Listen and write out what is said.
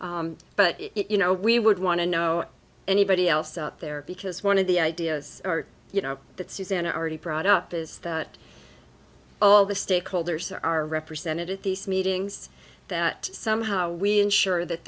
but you know we would want to know anybody else out there because one of the ideas are you know that susannah already brought up is that all the stakeholders are represented at these meetings that somehow we ensure that